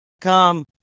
come